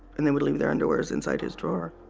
and they would leave their underwears inside his drawer